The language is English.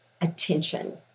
attention